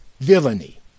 villainy